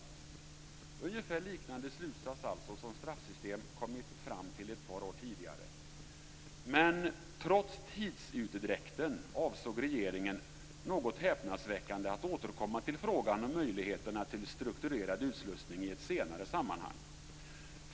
Det är ungefär samma slutsats som Straffsystemkommittén kommit fram till ett par år tidigare. Trots tidsutdräkten avsåg regeringen något häpnadsväckande att återkomma till frågan om möjligheterna till strukturerad utslussning i ett senare sammanhang.